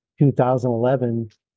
2011